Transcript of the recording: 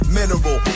mineral